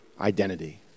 identity